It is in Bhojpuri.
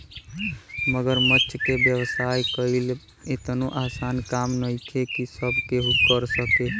मगरमच्छ के व्यवसाय कईल एतनो आसान काम नइखे की सब केहू कर सके